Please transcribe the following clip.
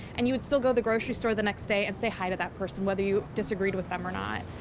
and you would still go to the grocery store the next day and say hi to that person, whether you disagreed with them or not.